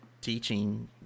teaching